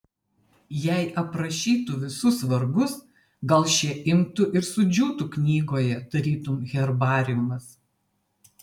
jei aprašytų visus vargus gal šie imtų ir sudžiūtų knygoje tarytum herbariumas